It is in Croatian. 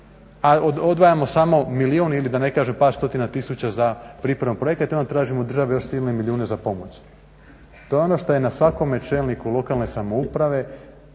a odvajamo samo milijun ili da ne kažem par stotina tisuća za pripremu projekata i onda tražimo od države još silne milijune za pomoć. To je ono što je na svakome čelniku lokalne samouprave,